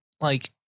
like-